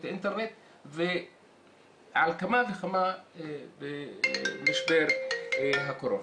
אינטרנט ועל אחת כמה וכמה במשבר הקורונה.